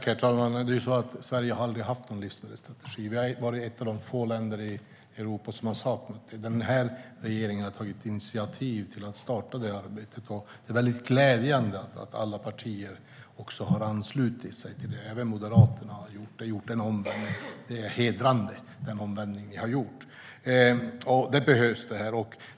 Herr talman! Sverige har aldrig haft någon livsmedelsstrategi. Vi är ett av få länder i Europa som har saknat det. Den här regeringen har tagit initiativ till att starta det arbetet. Och det är glädjande att alla partier har anslutit sig till det. Även Moderaterna har gjort en omvändning. Det är hedrande. Det här behövs.